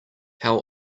how